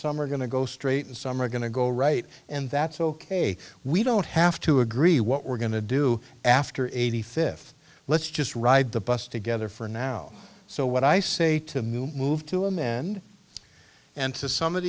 some are going to go straight and some are going to go right and that's ok we don't have to agree what we're going to do after eighty fifth let's just ride the bus together for now so what i say to move to amend and to some of